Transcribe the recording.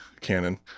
Canon